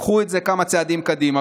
קחו את זה כמה צעדים קדימה,